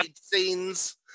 scenes